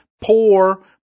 poor